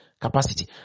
capacity